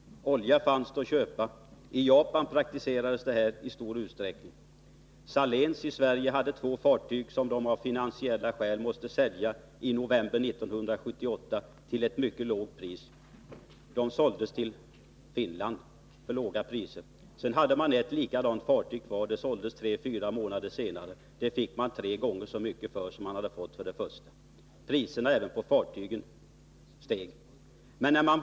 Olja fanns det att köpa. I Japan praktiserades detta i stor utsträckning. Saléns i Sverige hade två fartyg som man av finansiella skäl måste sälja i november 1978. De såldes till mycket låga priser till Finland. Sedan hade man ett likadant fartyg kvar — det såldes tre fyra månader senare, och det fick man tre gånger så mycket för som man hade fått för det första. Priserna steg alltså även på fartygen.